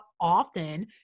often